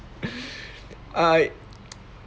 I